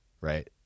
right